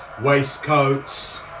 waistcoats